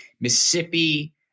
Mississippi